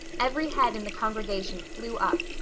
every head in the congregation flew up.